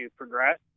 progress